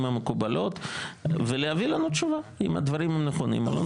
המקובלות ולהביא לנו תשובה אם הדברים נכונים או לא.